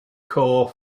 core